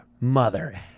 Mother